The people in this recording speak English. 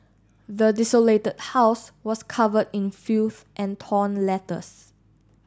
the desolated house was covered in filth and torn letters